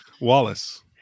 Wallace